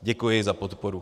Děkuji za podporu.